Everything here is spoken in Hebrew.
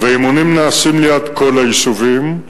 אימונים נעשים ליד כל היישובים,